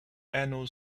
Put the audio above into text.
annual